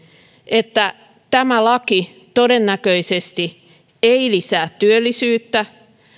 että tämä laki todennäköisesti ei lisää työllisyyttä